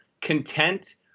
content